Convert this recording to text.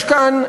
יש כאן,